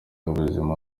ubuzima